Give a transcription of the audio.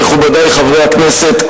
מכובדי חברי הכנסת,